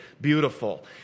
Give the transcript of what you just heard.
beautiful